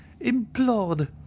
implored